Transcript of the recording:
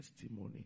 testimony